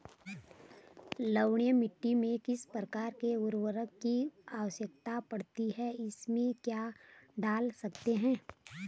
लवणीय मिट्टी में किस प्रकार के उर्वरक की आवश्यकता पड़ती है इसमें क्या डाल सकते हैं?